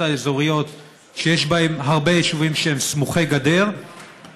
האזוריות שיש בהן הרבה יישובים שהם סמוכי גדר,